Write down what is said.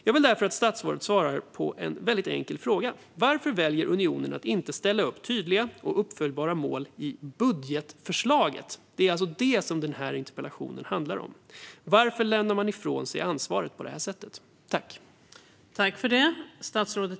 Jag vill därför att statsrådet svarar på en mycket enkel fråga: Varför väljer unionen att inte sätta upp tydliga och uppföljbara mål i budgetförslaget? Det är alltså det som denna interpellation handlar om. Varför lämnar man ifrån sig ansvaret på detta sätt?